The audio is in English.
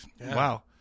Wow